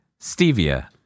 Stevia